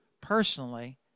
personally